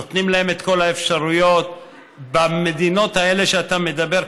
נותנים להם את כל האפשרויות במדינות האלה שאתה מדבר.